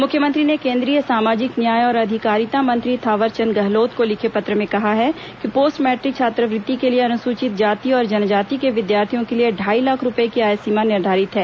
मुख्यमंत्री ने केंद्रीय सामाजिक न्याय और अधिकारिता मंत्री थावरचंद गहलोत को लिखे पत्र में कहा है कि पोस्ट मैट्रिक छात्रवृत्ति के लिए अनुसूचित जाति और जनजाति के विद्यर्थियों के लिए ढ़ाई लाख रुपये की आय निर्धारित है